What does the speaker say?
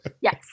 Yes